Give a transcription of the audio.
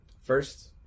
First